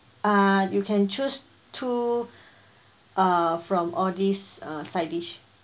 uh you can choose two uh from all these uh side dish